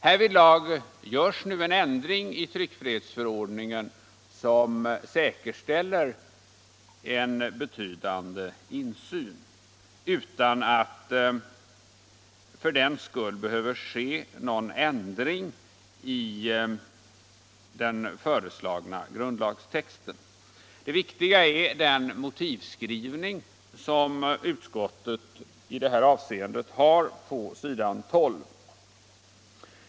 Härvidlag görs nu en ändring i tryckfrihetsförordningen som säkerställer en betydande insyn utan att det för den skull behöver ske någon ändring i den föreslagna grundlagstexten. Det viktiga är den motivskrivning som utskottet i det här avseendet har på s. 12.